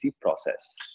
process